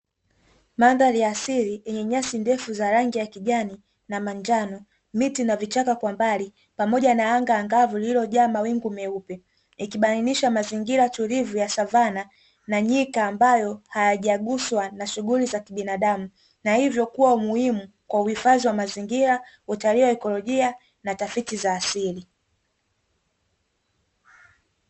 Mandhari ya asili yenye nyasi ndefu za rangi ya kijani na manjano, miti na vichaka kwa mbali pamoja na anga angavu lililojaa mawingu meupe, ikibainisha mazingira tulivu ya savana na nyika ambayo hayajaguswa na shughuli za kibinadamu, na hivyo kuwa umuhimu kwa uhifadhi wa mazingira, utalii wa ikolojia na tafiti za asili.